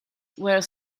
were